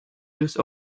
use